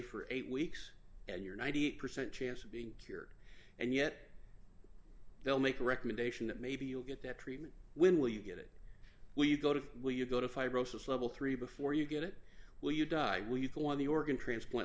for eight weeks and you're ninety eight percent chance of being cured and yet they'll make a recommendation that maybe you'll get that treatment when will you get it will you go to will you go to fibrosis level three before you get it will you die on the organ transplant